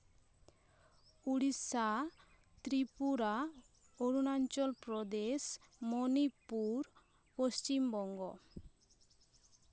Odisha Tripura Arunachal Pradesh Manipur Paschim Banga